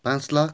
पाँच लाख